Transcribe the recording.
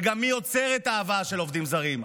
וגם על מי עוצר את הבאת העובדים הזרים.